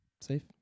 safe